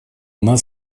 нас